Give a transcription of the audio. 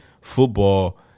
football